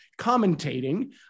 commentating